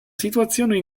situazione